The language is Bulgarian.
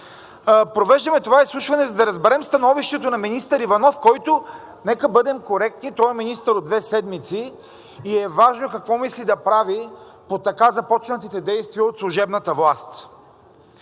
Провеждаме това изслушване, за да разберем становището на министър Иванов, който, нека бъдем коректни, той е министър от две седмици и е важно какво мисли да прави по така започнатите действия от служебната власт.